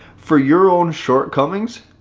for your own shortcomings.